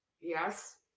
Yes